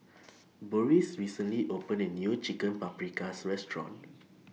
Boris recently opened A New Chicken Paprikas Restaurant